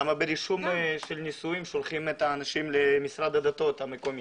למה ברישום של נישואים שולחים את האנשים למשרד הדתות המקומי?